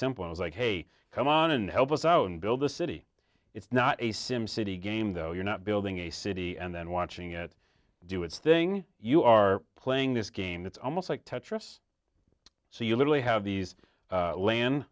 simple i was like hey come on and help us out and build a city it's not a sim city game though you're not building a city and then watching it do its thing you are playing this game it's almost like tetris so you literally have these land